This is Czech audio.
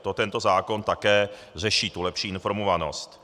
To tento zákon také řeší, tu lepší informovanost.